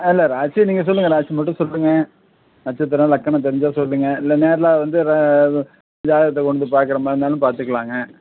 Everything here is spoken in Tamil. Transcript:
ஆ இல்லை ராசியை நீங்கள் சொல்லுங்கள் ராசி மட்டும் சொல்லுங்கள் நட்சத்திரம் லக்னம் தெரிஞ்சால் சொல்லுங்கள் இல்லை நேரில் வந்து ஜாதகத்தை கொண்டு பார்க்குற மாதிரி இருந்தாலும் பார்த்துக்கலாங்க